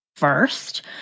first